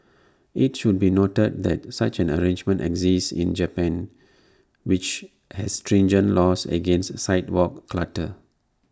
IT should be noted that such an arrangement exists in Japan which has stringent laws against sidewalk clutter